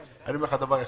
אני אומר לך דבר אחד,